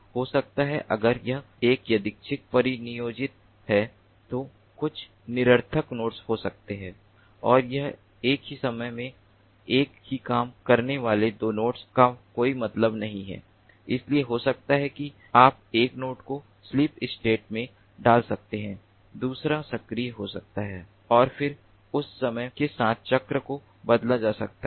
हो सकता है अगर यह एक यादृच्छिक परिनियोजन है तो कुछ निरर्थक नोड्स हो सकते हैं और यह एक ही समय में एक ही काम करने वाले दो नोड्स का कोई मतलब नहीं है इसलिए हो सकता है कि आप एक नोड को स्लिप स्टेट में डाल दें दूसरा सक्रिय हो सकता है और फिर यह समय के साथ चक्र को बदला जा सकता है